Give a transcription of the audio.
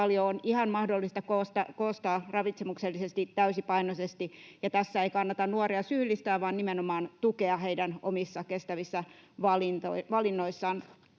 on ihan mahdollista koostaa ravitsemuksellisesti täysipainoisesti. Ja tässä ei kannata nuoria syyllistää vaan nimenomaan tukea heitä heidän omissa kestävissä valinnoissaan.